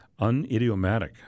unidiomatic